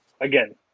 again